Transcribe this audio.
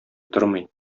тормый